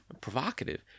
Provocative